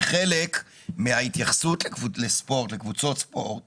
כי חלק מההתייחסות לקבוצות ספורט